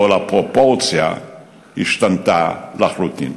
אבל הפרופורציה השתנתה לחלוטין.